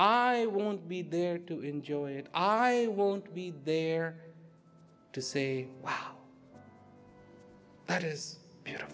i won't be there to enjoy it i won't be there to say wow that is bea